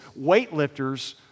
weightlifters